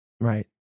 Right